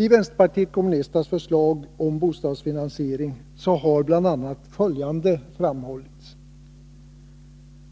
I vänsterpartiet kommunisternas förslag om bostadsfinansieringen har bl.a. följande framhållits: